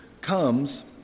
comes